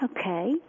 Okay